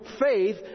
faith